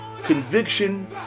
Conviction